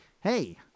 hey